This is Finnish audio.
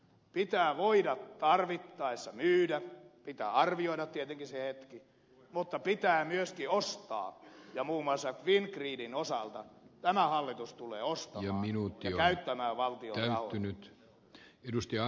pitää voida tarvittaessa myydä pitää arvioida tietenkin se hetki mutta pitää myöskin ostaa ja muun muassa fingridin osalta tämä hallitus tulee ostamaan ja käyttämään valtion rahoja